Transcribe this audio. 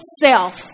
self